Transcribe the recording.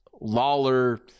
Lawler